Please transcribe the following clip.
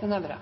taler: